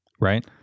right